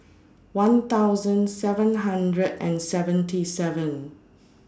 one thousand seven hundred and seventy seven